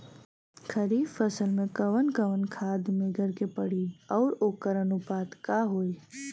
खरीफ फसल में कवन कवन खाद्य मेझर के पड़ी अउर वोकर अनुपात का होई?